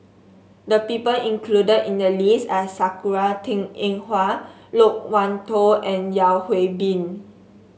the people included in the list are Sakura Teng Ying Hua Loke Wan Tho and Yeo Hwee Bin